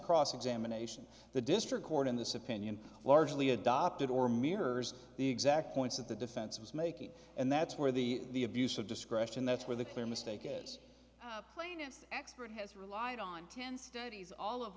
cross examination the district court in this opinion largely adopted or mirrors the exact points that the defense was making and that's where the the abuse of discretion that's where the clear mistake is plaintiff's expert has relied on ten studies all of